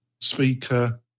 speaker